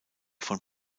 von